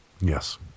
Yes